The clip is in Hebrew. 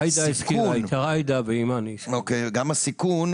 עאידה ואימאן הזכירו.